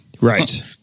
Right